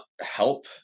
help